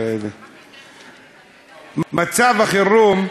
מצב החירום,